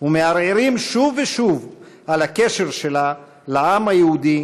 ומערערים שוב ושוב על הקשר שלה לעם היהודי,